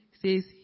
says